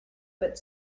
but